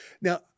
Now